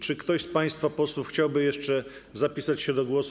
Czy ktoś z państwa posłów chciałby jeszcze zapisać się do głosu?